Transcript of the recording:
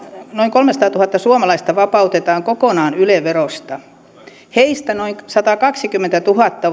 noin kolmesataatuhatta suomalaista vapautetaan kokonaan yle verosta heistä noin satakaksikymmentätuhatta